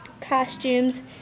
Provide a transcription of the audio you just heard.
costumes